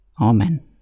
Amen